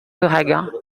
l’ouragan